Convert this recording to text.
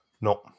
No